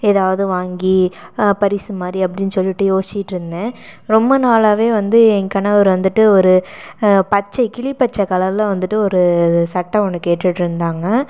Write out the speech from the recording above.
எதாவது வாங்கி பரிசுமாதிரி அப்படின்னு சொல்லிவிட்டு யோசித்திட்டு இருந்தேன் ரொம்ப நாளாகவே வந்து ஏன் கணவர் வந்துட்டு ஒரு பச்சை கிளி பச்சை கலரில் வந்துட்டு ஒரு சட்டை ஒன்று கேட்டுவிட்டு இருந்தாங்க